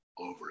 over